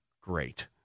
great